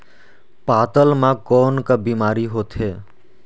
पातल म कौन का बीमारी होथे?